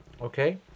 Okay